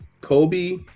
Kobe